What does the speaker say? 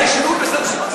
זה שינוי בסטטוס-קוו.